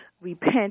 repent